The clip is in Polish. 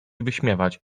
wyśmiewać